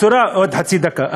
עוד חצי דקה.